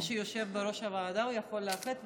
מי שיושב בראש הוועדה הוא יכול לאחד ולעשות,